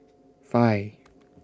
five